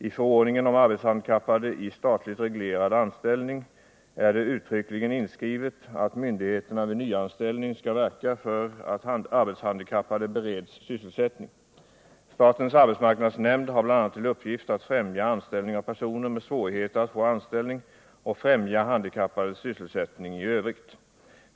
I förordningen om arbetshandikappade i statligt reglerad anställning är det uttryckligen inskrivet att myndigheterna vid nyanställning skall verka för att arbetshandikappade bereds sysselsättning. Statens arbetsmarknadsnämnd har bl.a. till uppgift att främja anställning av personer med svårigheter att få anställning och främja handikappades sysselsättning i övrigt.